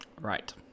Right